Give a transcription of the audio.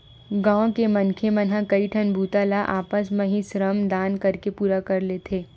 गाँव के मनखे मन ह कइठन बूता ल आपस म ही श्रम दान करके पूरा कर लेथे